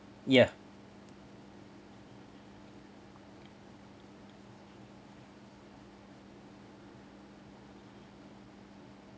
ya